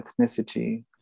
ethnicity